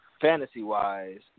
fantasy-wise